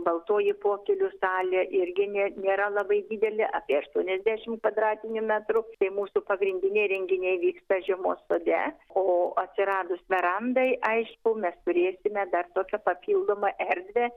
baltoji pokylių salė irgi ne nėra labai didelė apie aštuoniasdešim kvadratinių metrų tai mūsų pagrindiniai renginiai vyksta žiemos sode o atsiradus verandai aišku mes turėsime dar tokią papildomą erdvę